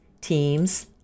teams